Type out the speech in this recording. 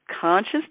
conscious